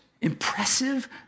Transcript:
impressive